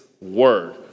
word